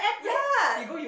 ya